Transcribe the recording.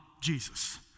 Jesus